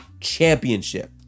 championship